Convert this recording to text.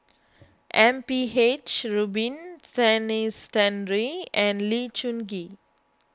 M P H Rubin Denis Santry and Lee Choon Kee